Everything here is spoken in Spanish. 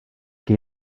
que